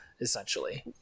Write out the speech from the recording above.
essentially